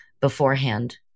beforehand